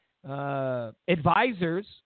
Advisors